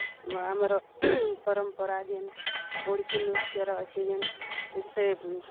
ଆମର ପରମ୍ପରା ଯେନ୍ ଓଡ଼ିଶୀ ନୃତ୍ୟର ଅଛି ଯେନ୍ ସେ